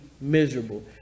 miserable